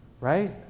right